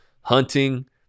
hunting